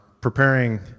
preparing